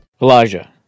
Elijah